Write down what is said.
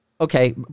Okay